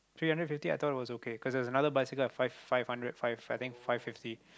three hundred fifty I thought was okay because another bicycle on five five hundred five five I think five fifty